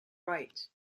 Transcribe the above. right